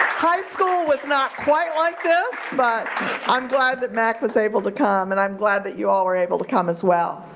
high school was not quite like this but i'm glad that mac was able to come and i'm glad that you all were able to come as well.